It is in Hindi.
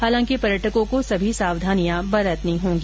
हालांकि पर्यटकों को सभी सावधानियां बरतनी होगी